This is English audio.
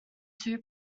two